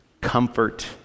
comfort